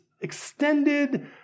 extended